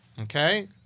Okay